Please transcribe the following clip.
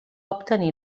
obtenir